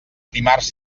dimarts